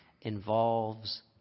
involves